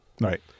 Right